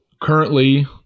Currently